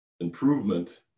improvement